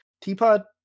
Teapot